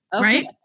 right